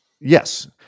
Yes